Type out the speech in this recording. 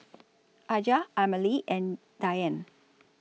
Aja Amalie and Dianne